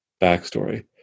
backstory